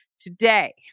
Today